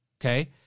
okay